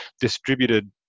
distributed